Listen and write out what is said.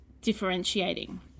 differentiating